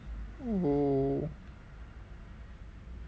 !whoa!